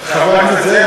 חבר הכנסת זאב,